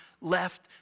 left